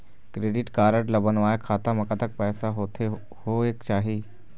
Credit card ला बनवाए खाता मा कतक पैसा होथे होएक चाही?